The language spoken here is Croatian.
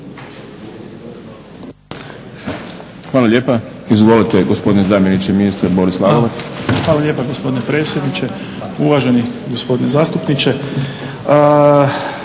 Hvala lijepa. Izvolite gospodine zamjeniče ministra Boris Lalovac. **Lalovac, Boris** Hvala lijepa gospodine predsjedniče. Uvaženi gospodine zastupniče.